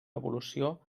evolució